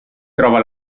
trova